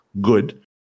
good